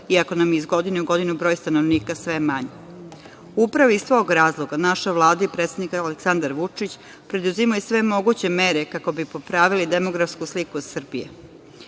i ako nam je iz godine u godinu broj stanovnika sve manji. Upravo iz tog razloga naša Vlada i predsednik Aleksandar Vučić preduzimaju sve moguće mere kako bi popravili demografsku sliku Srbije. Tako